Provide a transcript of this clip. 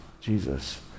Jesus